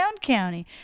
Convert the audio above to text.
County